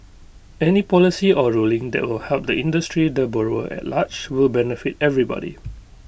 any policy or ruling that will help the industry the borrower at large will benefit everybody